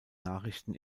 nachrichten